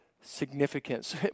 significance